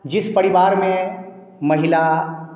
जिस परिवार में महिला